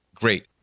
great